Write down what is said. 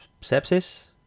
sepsis